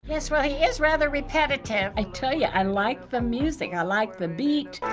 yes. well, he is rather repetitive. i tell you, i like the music. i like the beat.